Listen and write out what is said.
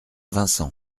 vincent